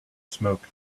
smoke